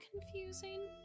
confusing